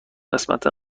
قسمت